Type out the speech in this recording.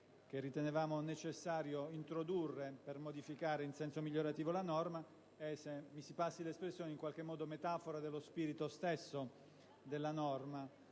che ritenevamo necessario introdurre per modificare in senso migliorativo la norma è - mi si passi l'espressione - metafora dello spirito stesso della norma,